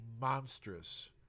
monstrous